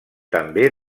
també